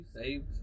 saved